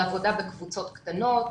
על עבודה בקבוצות קטנות,